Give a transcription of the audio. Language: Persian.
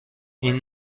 این